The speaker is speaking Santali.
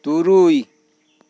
ᱛᱩᱨᱩᱭ